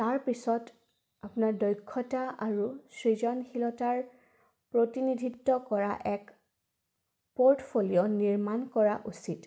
তাৰপিছত আপোনাৰ দক্ষতা আৰু সৃজনশীলতাৰ প্ৰতিনিধিত্ব কৰা এক প'ৰ্টফলিঅ' নিৰ্মাণ কৰা উচিত